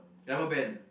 rubberband